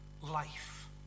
life